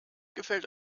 gefällt